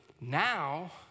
Now